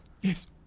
Yes